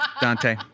Dante